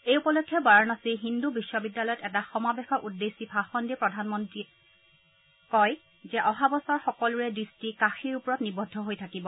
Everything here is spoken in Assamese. এই উপলক্ষে বাৰাণসী হিন্দু বিশ্ববিদ্যালয়ত এটা সমাৱেশক উদ্দেশ্যি ভাষণ দি প্ৰধানমন্ত্ৰী মোডীয়ে কয় যে অহা বছৰ সকলোৰে দৃষ্টি কাশীৰ ওপৰত নিবদ্ধ হৈ থাকিব